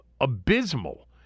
abysmal